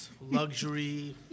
luxury